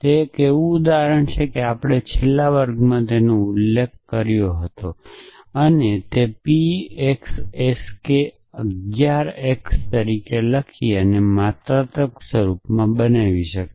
તે ઉદાહરણ છે કે આપણે છેલ્લા વર્ગમાં ઉલ્લેખ કર્યો છે આપણે તેને pxsk અગિયાર X તરીકે લખીને માત્રાત્મક સ્વરૂપમાં બનાવી શકીએ છીએ